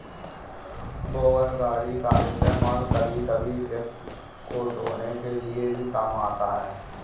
wagon गाड़ी का इस्तेमाल कभी कभी व्यक्ति को ढ़ोने के लिए भी काम आता है